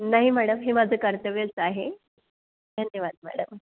नाही मॅडम हे माझं कर्त्यव्यच आहे धन्यवाद मॅडम